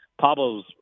Pablo's